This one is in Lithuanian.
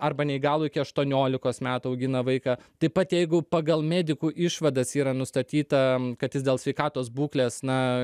arba neįgalų iki aštuoniolikos metų augina vaiką taip pat jeigu pagal medikų išvadas yra nustatyta kad jis dėl sveikatos būklės na